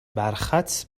برخط